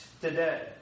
today